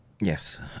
Yes